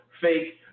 fake